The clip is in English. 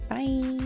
Bye